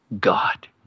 God